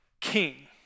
king